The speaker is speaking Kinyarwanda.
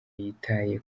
yitaye